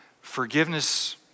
Forgiveness